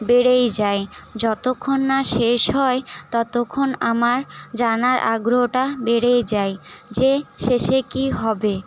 বেড়েই যায় যতক্ষণ না শেষ হয় ততক্ষণ আমার জানার আগ্রহটা বেড়েই যায় যে শেষে কী হবে